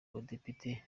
badepite